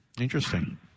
Interesting